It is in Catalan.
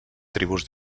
tribus